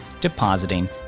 depositing